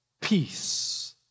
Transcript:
Peace